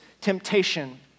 temptation